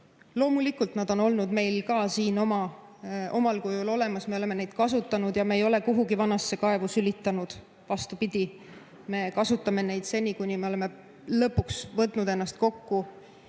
Loomulikult nad on olnud meil ka siin omal kujul olemas, me oleme neid kasutanud ja me ei ole kuhugi vanasse kaevu sülitanud. Vastupidi, me kasutame neid seni, kuni me oleme lõpuks võtnud ennast kokku.